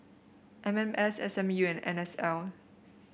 M M S S M U and N S L